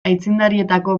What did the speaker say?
aitzindarietako